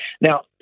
Now